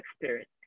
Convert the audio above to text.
experience